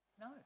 No